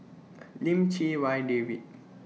Lim Chee Wai David